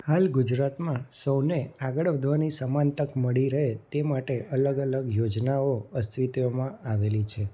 હાલ ગુજરાતમાં સૌને આગળ વધવાની સમાન તક મળી રહે તે માટે અલગ અલગ યોજનાઓ અસ્તિત્વમાં આવેલી છે